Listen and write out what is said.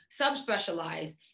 subspecialize